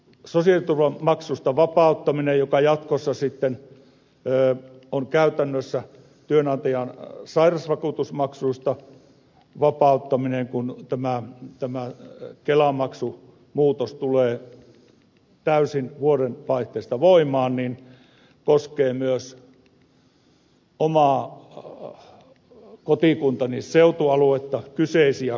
tämä sosiaaliturvamaksusta vapauttaminen joka jatkossa sitten on käytännössä työnantajan sairausvakuutusmaksuista vapauttaminen kun tämä kelamaksumuutos tulee täysin vuodenvaihteesta voimaan koskee myös oman kotikuntani seutualuetta ja sen kyseisiä kuntia